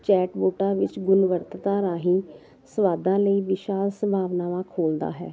chat ਨੋਟਾਂ ਵਿੱਚ ਗੁਨ ਵਰਤਦਾ ਰਾਹੀਂ ਸਵਾਦਾਂ ਲਈ ਵਿਸ਼ਾ ਸੰਭਾਵਨਾਵਾਂ ਖੋਲਦਾ ਹੈ